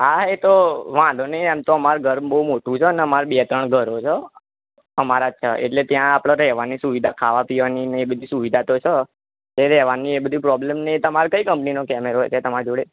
હા એતોહ વાંધો નહી એમ તો અમારે ઘર બહુ મોટું છે ને અમારે બે ત્રણ ઘરો છે અમારા જ છે એટલે ત્યા આપણે રહેવાની સુવિધા ખાવા પીવાની એ બધી સુવિધા તો સ રહેવાની ય એ બધી પ્રોબ્લેમ ને એ તમારે કઈ કંપનીનો કેમેરો છે તમારા જોડે